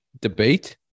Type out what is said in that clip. debate